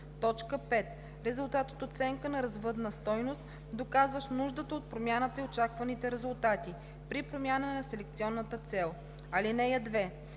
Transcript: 5. резултат от оценка на развъдна стойност, доказващ нуждата от промяната и очакваните резултати – при промяна на селекционната цел. (2)